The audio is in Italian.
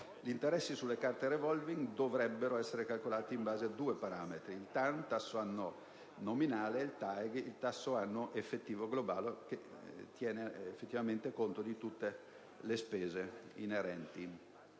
Gli interessi sulle carte *revolving* dovrebbero essere calcolati in base a due parametri: il TAN (tasso annuo nominale ) e il TAEG (tasso annuo effettivo globale, che tiene conto di tutte le spese